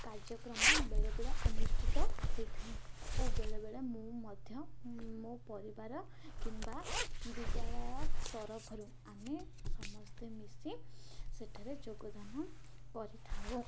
କାର୍ଯ୍ୟକ୍ରମ ବେଳେବେଳେ ଅନୁଷ୍ଠିତ ହୋଇଥାଏ ଓ ବେଳେବେଳେ ମୁଁ ମଧ୍ୟ ମୋ ପରିବାର କିମ୍ବା ବିଦ୍ୟାଳୟ ତରଫରୁ ଆମେ ସମସ୍ତେ ମିଶି ସେଠାରେ ଯୋଗଦାନ କରିଥାଉ